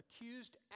accused